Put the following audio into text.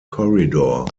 corridor